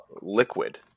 Liquid